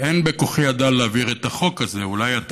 אין בכוחי הדל להעביר את החוק הזה, אולי אתה